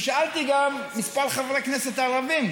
ושאלתי גם כמה חברי כנסת ערבים,